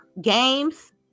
games